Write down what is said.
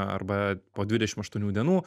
arba po dvidešimt aštuonių dienų